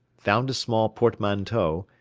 found a small portmanteau,